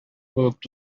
булып